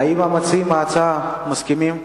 האם מציעי ההצעה מסכימים?